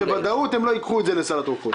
בוודאות הם לא ייקחו את זה לסל התרופות.